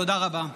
תודה רבה.